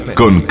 con